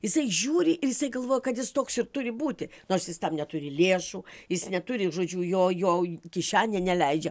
jisai žiūri ir jisai galvoja kad jis toks ir turi būti nors jis tam neturi lėšų jis neturi žodžiu jo jo kišenė neleidžia